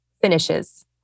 finishes